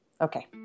Okay